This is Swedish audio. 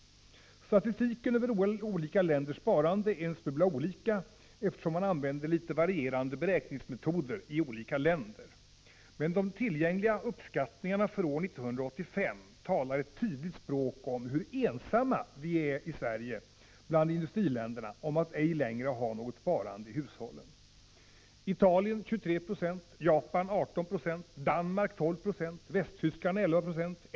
Statistiken över olika länders sparande är en smula olika, eftersom olika beräkningsmetoder används i olika länder. Men de tillgängliga uppskattningarna för år 1985 talar ett tydligt språk om hur ensamma vi i Sverige är bland industriländerna om att ej längre ha något sparande i hushållen: Sverige kanske t.o.m. minus 0,5 9o sparandet Herr talman!